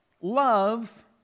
love